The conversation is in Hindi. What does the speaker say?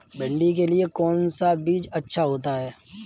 भिंडी के लिए कौन सा बीज अच्छा होता है?